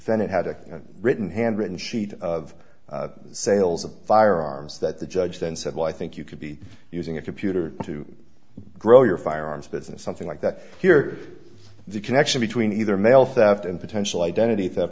defendant had a written handwritten sheet of sales of firearms that the judge then said well i think you could be using a computer to grow your firearms business something like that here the connection between either mail theft and potential identity theft